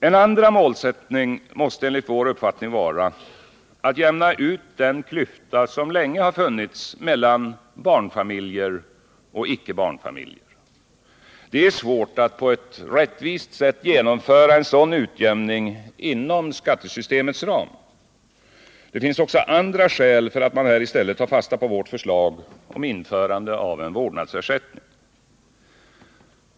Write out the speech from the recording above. En andra målsättning måste enligt vår uppfattning vara att jämna ut den klyfta som länge funnits mellan barnfamiljer och icke barnfamiljer. Det är svårt att på ett rättvist sätt genomföra en sådan utjämning inom skattesystemets ram. Det finns också andra skäl för att man här i stället tar fasta på vårt förslag om införande av en vårdnadsersättning.